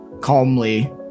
calmly